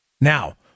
Now